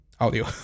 audio